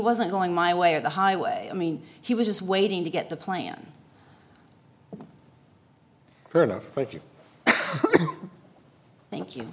wasn't going my way or the highway i mean he was just waiting to get the plan fair enough thank you